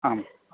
आम्